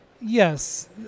Yes